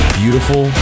beautiful